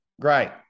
Great